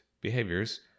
behaviors